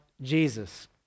Jesus